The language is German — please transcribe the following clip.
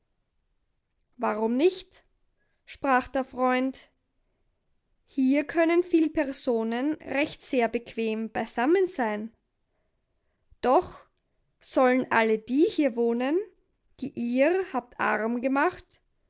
warum nicht sprach der freund hier können viel personen recht sehr bequem beisammen sein doch sollen alle die hier wohnen die ihr habt arm gemacht